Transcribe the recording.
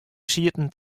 sieten